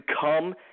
come